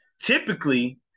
typically